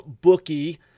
bookie